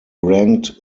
ranked